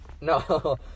No